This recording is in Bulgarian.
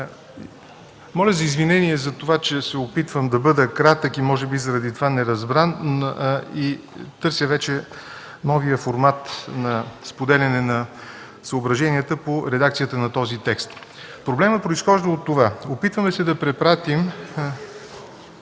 Моля за извинение за това, че се опитвам да бъда кратък и може би затова неразбран, но вече търся новия формат на споделяне на съображенията по редакцията на този текст. (Реплики.) Проблемът произхожда от това: опитваме се да препратим